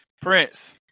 Prince